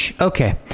Okay